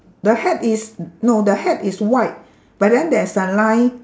the hat is no the hat is white but then there's a line